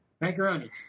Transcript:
Macaroni